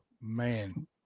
Man